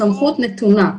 הסמכות נתונה.